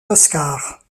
oscars